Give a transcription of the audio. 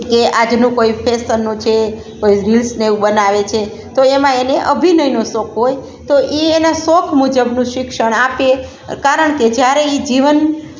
કે આજનું કોઈ ફેશનનું છે કોઈ રિલ્સને એવું બનાવે છે તો એમાં એને અભિનયનો શોખ હોય તો એ એના શોખ મુજબનું શિક્ષણ આપે કારણ કે જ્યારે એ જીવન